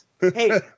Hey